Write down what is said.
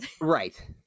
right